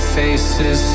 faces